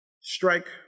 strike